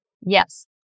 Yes